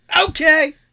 Okay